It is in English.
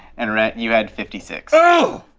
and rhett, you had fifty six. oh!